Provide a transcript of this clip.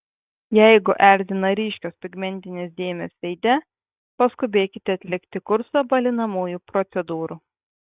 jeigu erzina ryškios pigmentinės dėmės veide paskubėkite atlikti kursą balinamųjų procedūrų